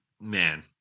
man